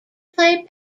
play